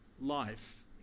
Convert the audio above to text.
life